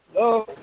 Hello